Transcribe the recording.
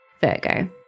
Virgo